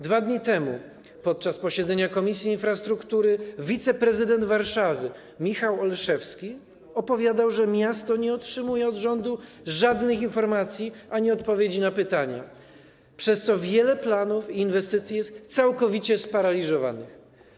2 dni temu podczas posiedzenia Komisji Infrastruktury wiceprezydent Warszawy Michał Olszewski opowiadał, że miasto nie otrzymuje od rządu żadnych informacji ani odpowiedzi na pytania, przez co wiele planów i inwestycji jest całkowicie sparaliżowanych.